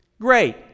great